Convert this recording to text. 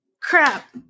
crap